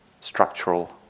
structural